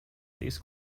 these